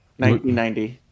1990